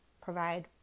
provide